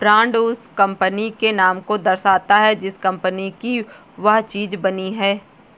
brand उस company के नाम को दर्शाता है जिस कंपनी की वह चीज बनी है